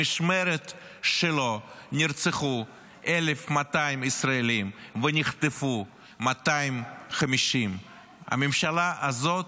במשמרת שלו נרצחו 1,200 ישראלים ונחטפו 250. הממשלה הזאת,